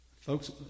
Folks